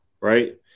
Right